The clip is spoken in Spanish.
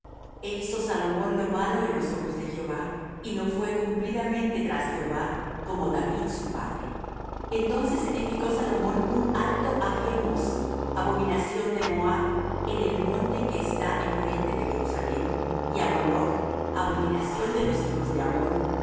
e hizo salomón lo malo en los ojos de jehová y no fué cumplidamente tras jehová como david su padre entonces edificó salomón un alto á chmos abominación de moab en el monte que está enfrente de jerusalem y á moloch abominación de los hijos de ammón